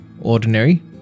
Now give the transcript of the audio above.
ordinary